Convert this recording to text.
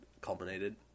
culminated